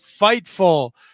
Fightful